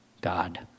God